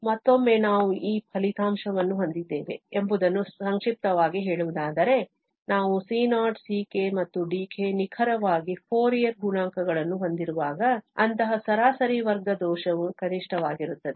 ಆದ್ದರಿಂದ ಮತ್ತೊಮ್ಮೆ ನಾವು ಈ ಫಲಿತಾಂಶವನ್ನು ಹೊಂದಿದ್ದೇವೆ ಎಂಬುದನ್ನು ಸಂಕ್ಷಿಪ್ತವಾಗಿ ಹೇಳುವುದಾದರೆ ನಾವು c0 ck ಮತ್ತು dk ನಿಖರವಾಗಿ ಫೋರಿಯರ್ ಗುಣಾಂಕಗಳನ್ನು ಹೊಂದಿರುವಾಗ ಅಂತಹ ಸರಾಸರಿ ವರ್ಗ ದೋಷವು ಕನಿಷ್ಠವಾಗಿರುತ್ತದೆ